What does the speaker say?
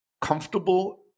comfortable